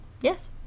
Yes